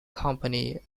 company